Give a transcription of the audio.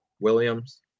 Williams